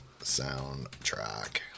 soundtrack